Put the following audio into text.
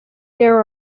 there